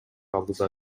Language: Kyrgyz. алдыда